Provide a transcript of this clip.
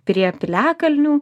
prie piliakalnių